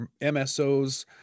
MSOs